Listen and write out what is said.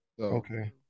Okay